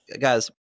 Guys